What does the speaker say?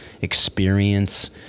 experience